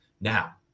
now